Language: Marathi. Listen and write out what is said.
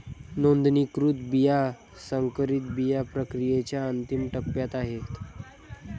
नोंदणीकृत बिया संकरित बिया प्रक्रियेच्या अंतिम टप्प्यात आहेत